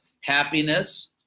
happiness